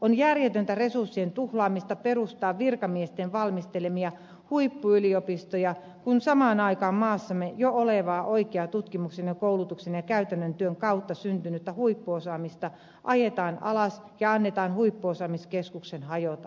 on järjetöntä resurssien tuhlaamista perustaa virkamiesten valmistelemia huippuyliopistoja kun samaan aikaan maassamme jo olevaa oikeaa tutkimuksen ja koulutuksen ja käytännön työn kautta syntynyttä huippuosaamista ajetaan alas ja annetaan huippuosaamiskeskuksen hajota